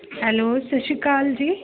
hello ਸਤਿ ਸ਼੍ਰੀ ਅਕਾਲ ਜੀ